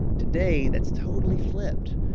today, that's totally flipped.